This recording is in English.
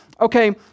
okay